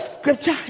scripture